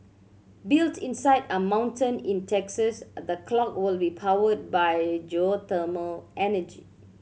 built inside a mountain in Texas the clock will be powered by geothermal energy